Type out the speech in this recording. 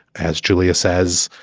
as julia says.